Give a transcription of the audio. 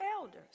Elders